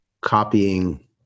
copying